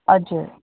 हजुर